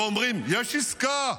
ואומרים: יש עסקה,